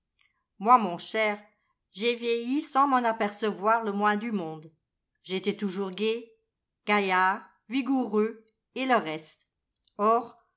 moi mon cher j'ai vieilli sans m'en apercevoir le moins du monde j'étais toujours gai gaillard vigoureux et le reste